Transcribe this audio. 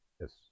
Yes